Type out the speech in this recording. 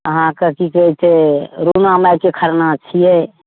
अहाँके की कहैत छै राणा माइके खरना छियै